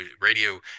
radio